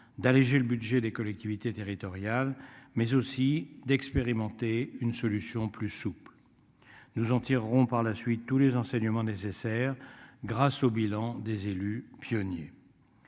d'alléger le budget des collectivités territoriales, mais aussi d'expérimenter une solution plus souples. Nous en tirerons par la suite tous les enseignements nécessaires grâce au bilan des élus pionniers.